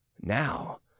Now